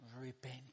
Repent